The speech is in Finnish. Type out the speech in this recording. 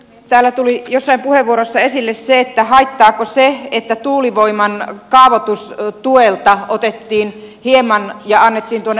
täällä tuli jossain puheenvuorossa esille haittaako se että tuulivoiman kaavoitustuelta otettiin hieman ja annettiin tuonne aluearkkitehtitoimintaan